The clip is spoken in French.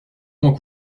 moins